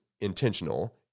intentional